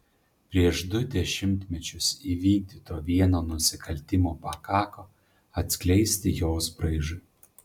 prieš du dešimtmečius įvykdyto vieno nusikaltimo pakako atskleisti jos braižui